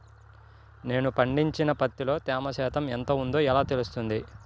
నేను పండించిన పత్తిలో తేమ శాతం ఎంత ఉందో ఎలా తెలుస్తుంది?